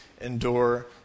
endure